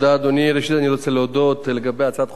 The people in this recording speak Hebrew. ראשית, אני רוצה להודות, לגבי הצעת חוק הקודמת,